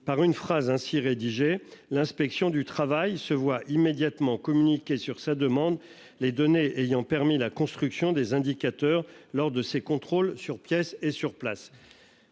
par une phrase ainsi rédigée, l'inspection du travail se voit immédiatement communiqué sur sa demande. Les données ayant permis la construction des indicateurs lors de ses contrôles sur pièces et sur place.